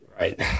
Right